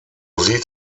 sieht